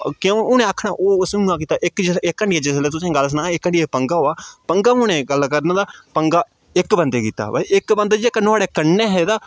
क्यों उ'नें आखना ओह् उस उ'आं कीता इक हांडियै जिसलै तुसें ई गल्ल सनांऽ इक हांडियै पंगा होआ पंगा हूनै गल्ल करना तां पंगा इक बन्दे कीता ते इक बन्दा जेह्का नुहाड़े कन्नै हा तां